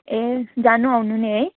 ए जानु आउनु नि है